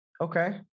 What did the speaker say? Okay